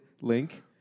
link